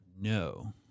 No